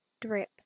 Drip